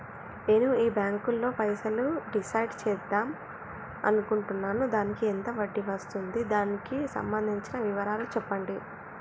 నేను ఈ బ్యాంకులో పైసలు డిసైడ్ చేద్దాం అనుకుంటున్నాను దానికి ఎంత వడ్డీ వస్తుంది దానికి సంబంధించిన వివరాలు చెప్పండి?